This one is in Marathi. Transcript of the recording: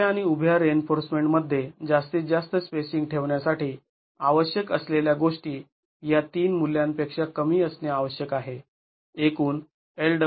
आडव्या आणि उभ्या रिइन्फोर्समेंट मध्ये जास्तीत जास्त स्पेसिंग ठेवण्यासाठी आवश्यक असलेल्या गोष्टी या तीन मूल्यां पेक्षा कमी असणे आवश्यक आहे